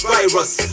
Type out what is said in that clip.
Virus